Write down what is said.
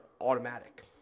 automatic